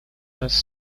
bus